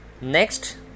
next